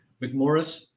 McMorris